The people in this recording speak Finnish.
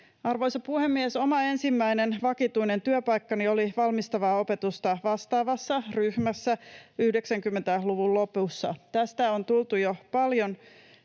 Arvoisa puhemies! Oma ensimmäinen vakituinen työpaikkani oli valmistavaa opetusta vastaavassa ryhmässä 90-luvun lopussa. Tästä on tultu jo paljon